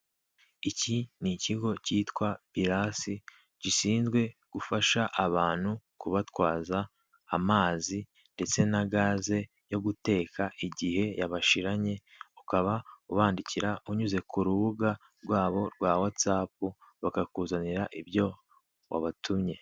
Iki ni ikigo kitwa IRAS, gishinzwe gufasha abantu, kubatwaza amazi ndetse na gaze yo guteka igihe yabashiranye; ukaba ubandikira unyuze ku rubuga rwabo rwa watsapu bakakuzanira ibyo wabatumye.